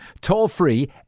toll-free